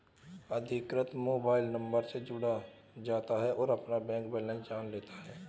अधिकृत mobile number से जुड़ जाता है और अपना बैंक बेलेंस जान लेता है